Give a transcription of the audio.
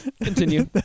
Continue